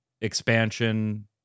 expansion